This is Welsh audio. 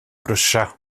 brysia